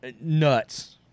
nuts